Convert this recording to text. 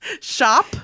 Shop